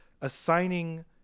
assigning